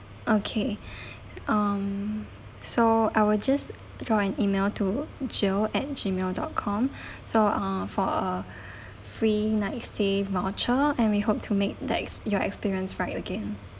okay um so I will just drop an email to jill at G mail dot com so uh for a free night stay voucher and we hope to make the ex~ your experience right again